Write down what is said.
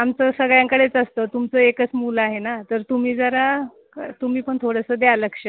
आमचं सगळ्यांकडेच असतं तुमचं एकच मुलं आहे ना तर तुम्ही जरा तुम्ही पण थोडंसं द्या लक्ष